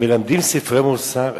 מלמדים ספרי מוסר?